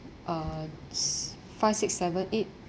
uh it's five six seven eight